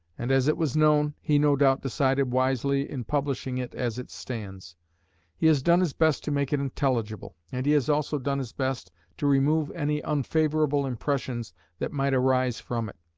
and, as it was known, he no doubt decided wisely in publishing it as it stands he has done his best to make it intelligible, and he has also done his best to remove any unfavourable impressions that might arise from it.